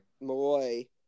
Malloy